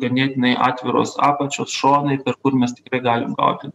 ganėtinai atviros apačios šonai per kur mes tikrai galim gauti